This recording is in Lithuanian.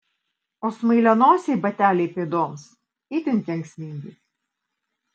o smailianosiai bateliai pėdoms itin kenksmingi